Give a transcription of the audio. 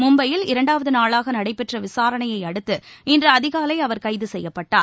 மும்பையில் இரண்டாவது நாளாக நடைபெற்ற விசாரணையை அடுத்து இன்று அதிகாலை அவர் கைது செய்யப்பட்டார்